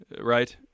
right